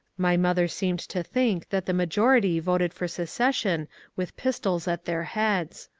my mother seemed to think that the majority voted for secession with pistols at their heads.